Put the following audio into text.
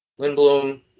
Lindblom